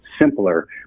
simpler